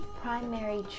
primary